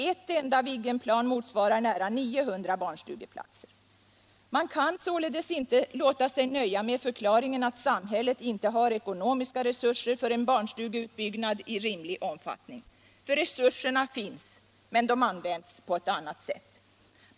Ett enda Viggen-plan motsvarar nära 900 barnstugeplatser. ——-— Man kan således inte låta sig nöja med förklaringen att samhället inte har ekonomiska resurser för barnstugebyggande i rimlig omfattning. Ty resurserna finns, men de används på annat sätt.